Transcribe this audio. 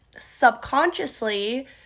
subconsciously